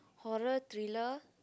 horror thriller